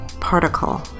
particle